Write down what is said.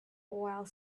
while